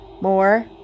more